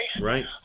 Right